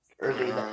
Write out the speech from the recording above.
early